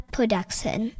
Production